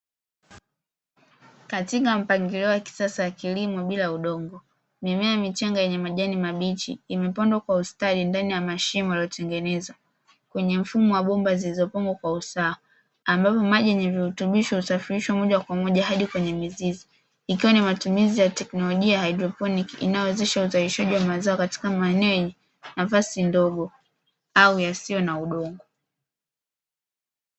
Katika mpangilio wa kilimo cha kisasa bila udongo mimea michanga yenye majani mabichi, imepangwa kwa ustadi ndani ya mashimo yaliyotengenezwa kwenye mifumo wa bomba zilizopangwa kwa ustadi, ambapo maji yenye virutubisho usafirishwa moja kwa moja hadi kwenye mizizi; ikiwa ni teknolojia ya haidroponi inayowezesha uzalishaji wa mazao katika maeneo yenye nafasi ndogo, au yasiyo na mvua.